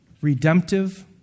redemptive